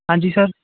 ਹਾਂਜੀ ਸਰ